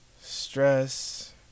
stress